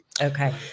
Okay